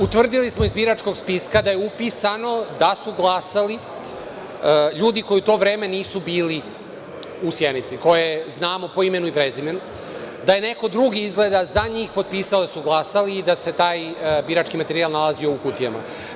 Utvrdili smo iz biračkog spiska da je upisano da su glasali ljudi koji u to vreme nisu bili u Sjenici, koje znamo po imenu i prezimenu, da je neko drugi izgleda za njih potpisao da su glasali i da se taj birački materijal nalazio u kutijama.